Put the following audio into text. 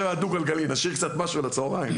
זה הדו גלגלי, נשאיר קצת משהו לצוהריים.